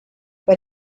but